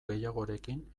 gehiagorekin